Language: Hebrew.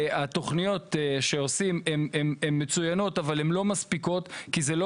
התוכניות שעושים הן מצוינות אבל הן לא מספיקות כי זה לא